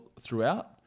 throughout